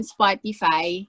Spotify